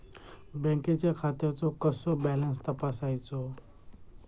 बँकेच्या खात्याचो कसो बॅलन्स तपासायचो?